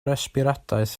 resbiradaeth